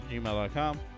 gmail.com